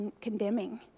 condemning